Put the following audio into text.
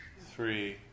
three